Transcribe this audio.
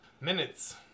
Minutes